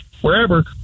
wherever